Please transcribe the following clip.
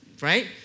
right